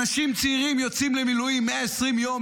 אנשים צעירים יוצאים למילואים 120 יום,